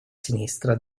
sinistra